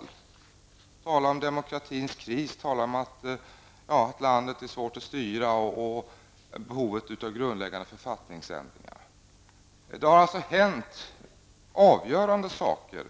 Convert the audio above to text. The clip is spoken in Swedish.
Han talar om demokratins kris, att landet är svårt att styra och behovet av grundläggande författningsändringar. Det har alltså hänt avgörande saker